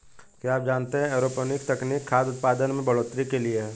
क्या आप जानते है एरोपोनिक्स तकनीक खाद्य उतपादन में बढ़ोतरी के लिए है?